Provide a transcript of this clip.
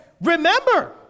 remember